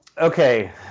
Okay